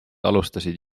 alustasid